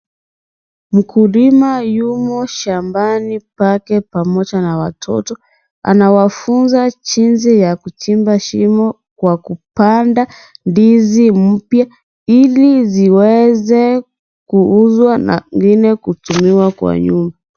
Mkulima yumo shambani pake pamoja na watoto, anawafunza jinsi ya kuchimba shimo kwa kupanda ndizi mpya, ili ziweze kuuzwa na zingine kutumiwa kwa nyumba.